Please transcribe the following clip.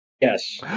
Yes